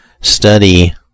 study